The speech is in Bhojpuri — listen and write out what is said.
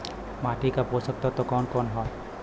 माटी क पोषक तत्व कवन कवन ह?